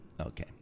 Okay